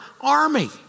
army